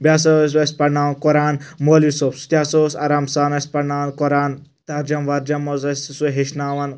بیٚیہِ ہَسا ٲسۍ اسہِ پرناوان قرآن مولوی صٲب سُہ تہِ ہَسا اوس آرام سان اسہِ پرناوان قرآن ترجُمہٕ ورجُمہٕ اوس اسہِ سُہ اسہِ ہیٚچھناوان